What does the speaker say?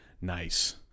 Nice